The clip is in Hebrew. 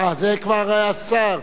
זה כבר השר.